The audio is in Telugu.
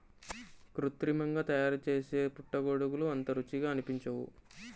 కృత్రిమంగా తయారుచేసే పుట్టగొడుగులు అంత రుచిగా అనిపించవు